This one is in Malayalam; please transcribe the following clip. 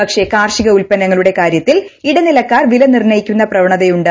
പക്ഷെ കാർഷിക വില ഉൽപ്പന്നങ്ങളുടെ കാര്യത്തിൽ ഇടനിലക്കാർ വില നിർണ്ണയിക്കുന്ന പ്രവ ണതയുണ്ട്